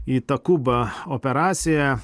itakuba operacija